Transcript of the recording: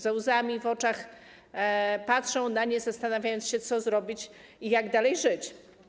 Ze łzami w oczach patrzą na nie, zastanawiając się, co zrobić i jak dalej żyć.